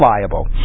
liable